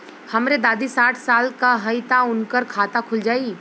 हमरे दादी साढ़ साल क हइ त उनकर खाता खुल जाई?